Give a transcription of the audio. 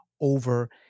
over